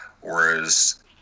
Whereas